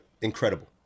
Incredible